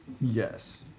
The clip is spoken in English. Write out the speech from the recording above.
Yes